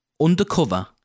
undercover